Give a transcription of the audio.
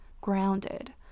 grounded